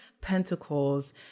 pentacles